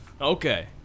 Okay